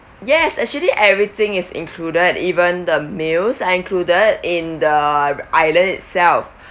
yes actually everything is included even the meals are included in the island itself